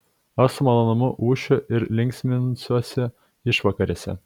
aš su malonumu ūšiu ir linksminsiuosi išvakarėse